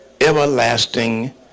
everlasting